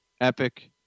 epic